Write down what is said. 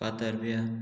फातर्पियां